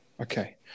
Okay